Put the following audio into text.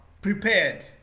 prepared